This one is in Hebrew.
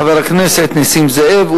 חבר הכנסת נסים זאב,